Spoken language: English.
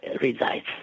resides